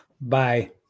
Bye